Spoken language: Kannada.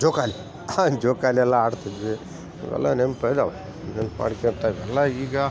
ಜೋಕಾಲಿ ಜೋಕಾಲಿ ಎಲ್ಲ ಆಡ್ತಿದ್ವಿ ಇವೆಲ್ಲ ನೆನಪು ಐದಾವ ನೆನಪು ಮಾಡಿಕೊಂತ ಅಲ್ಲ ಈಗ